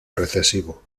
recesivo